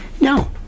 No